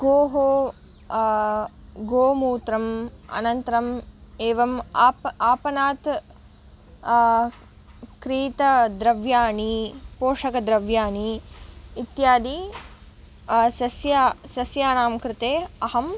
गोः गोमूत्रम् अनन्तरम् एवम् आप आपणात् क्रीतद्रव्याणि पोषकद्रव्याणि इत्यादि सस्य सस्यानां कृते अहं